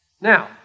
Now